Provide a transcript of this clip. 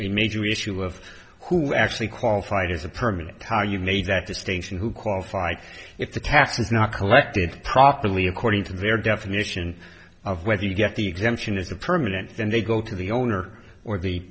major issue of who actually qualified as a permanent how you made that distinction who qualified if the tax is not collected properly according to the very definition of whether you get the exemption as a permanent and they go to the owner or the